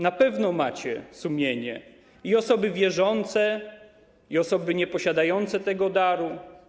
Na pewno macie sumienie, i osoby wierzące, i osoby nieposiadające tego daru.